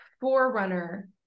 forerunner